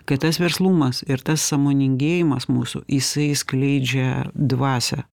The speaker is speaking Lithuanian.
tai tas verslumas ir tas sąmoningėjimas mūsų jisai skleidžia dvasią